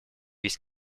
весь